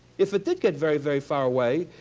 if it did get very, very far away,